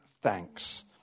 thanks